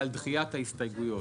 דחיית ההסתייגויות,